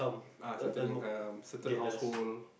ah certain income certain household